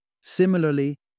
Similarly